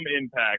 impact